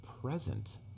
present